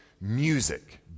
music